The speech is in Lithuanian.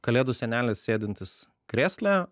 kalėdų senelis sėdintis krėsle